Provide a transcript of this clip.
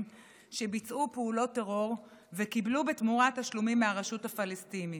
שביצעו פעולות טרור וקיבלו בתמורה תשלומים מהרשות הפלסטינית.